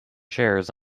shares